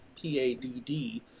P-A-D-D